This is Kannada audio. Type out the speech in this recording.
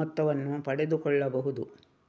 ಮೊತ್ತವನ್ನು ಪಡೆದುಕೊಳ್ಳಬಹುದು